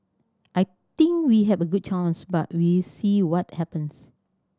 I think we have a good chance but we'll see what happens